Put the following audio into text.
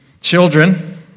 Children